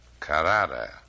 Carada